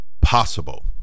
possible